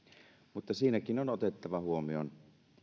mutta siinäkin on otettava huomioon